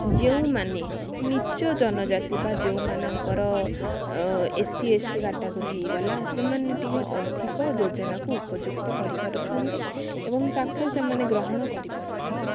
ଯେଉଁମାନେ ନିଚ ଜନଜାତି ବା ଯେଉଁମାନଙ୍କର S C S T category ହେଇଗଲା ସେମାନେ ଟିକେ ଅଧିକ ଯୋଜନାକୁ ଉପଯୁକ୍ତ କରିପାରୁଛନ୍ତି ଏବଂ ତା'କୁ ସେମାନେ ଗ୍ରହଣ କରିପାରୁଛନ୍ତି